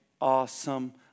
awesome